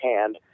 hand